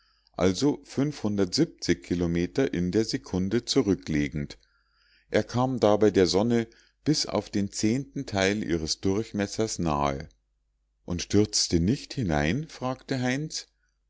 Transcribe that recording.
also kilometer in der sekunde zurücklegend er kam dabei der sonne bis auf den zehnten teil ihres durchmessers nahe und stürzte nicht hinein fragte heinz